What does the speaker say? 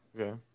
Okay